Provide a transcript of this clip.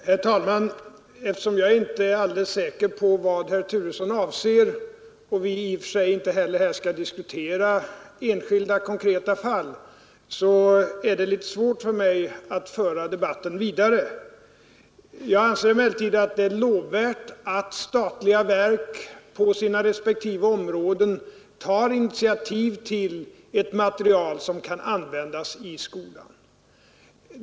Herr talman! Eftersom jag inte alldeles säker på vad herr Turesson avser och eftersom vi inte heller här skall diskutera enskilda, konkreta fall, är det litet svårt för mig att föra debatten vidare. Jag anser emellertid att det är lovvärt att statliga verk på sina respektive områden tar initiativ till ett material som kan användas i skolan.